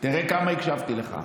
תראה כמה הקשבתי לך: